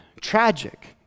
tragic